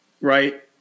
right